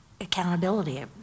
accountability